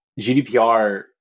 gdpr